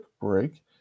break